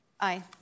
Aye